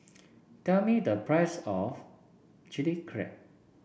tell me the price of Chilli Crab